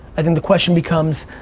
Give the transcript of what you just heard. i think the question becomes,